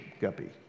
guppy